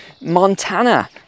Montana